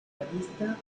vocalista